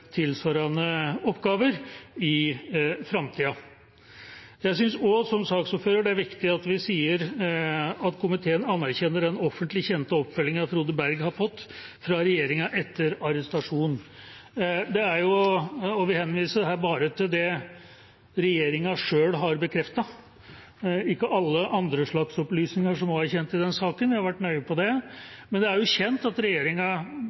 tilsvarende oppgaver i framtida. Jeg synes også, som saksordføreren, at det er viktig at vi sier at komiteen anerkjenner den offentlig kjente oppfølgingen som Frode Berg har fått fra regjeringa etter arrestasjonen. Vi henviser her bare til det regjeringa sjøl har bekreftet, ikke alle andre slags opplysninger som også er kjent i denne saken – vi har vært nøye på det. Det er kjent at regjeringa